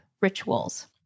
rituals